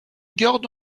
garde